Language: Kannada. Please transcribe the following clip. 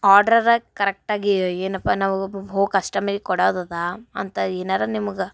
ಆಡ್ರರಾ ಕರೆಕ್ಟಾಗಿ ಏನಪ್ಪ ನಾವು ಹೋ ಕಸ್ಟಮರಿಗೆ ಕೊಡೊದದೆ ಅಂತ ಏನಾರ ನಿಮಗೆ